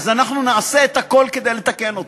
אנחנו נעשה את הכול כדי לתקן אותו.